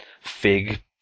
fig